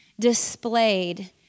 displayed